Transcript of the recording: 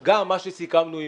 שוב, מה שסוכם עם